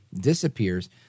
disappears